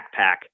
backpack